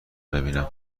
ببینم